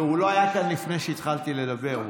לא, הוא לא היה כאן לפני שהתחלתי לדבר.